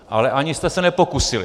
Ale ani jste se nepokusili.